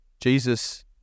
Jesus